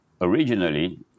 originally